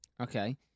Okay